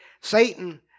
Satan